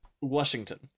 Washington